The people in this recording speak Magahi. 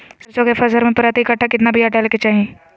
सरसों के फसल में प्रति कट्ठा कितना बिया डाले के चाही?